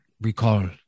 recall